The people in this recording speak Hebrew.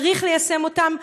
צריך ליישם אותן,